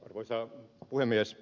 arvoisa puhemies